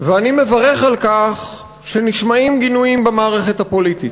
אני מברך על כך שנשמעים גינויים במערכת הפוליטית.